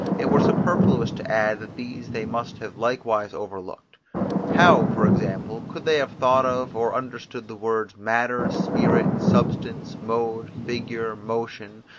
it were superfluous to add that these they must have likewise overlooked how, for example, could they have thought of or understood the words, matter, spirit, substance, mode, figure, motion,